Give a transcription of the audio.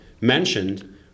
mentioned